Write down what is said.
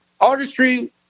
artistry